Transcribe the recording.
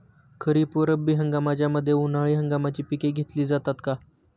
खरीप व रब्बी हंगामाच्या मध्ये उन्हाळी हंगामाची पिके घेतली जातात का?